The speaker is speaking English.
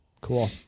Cool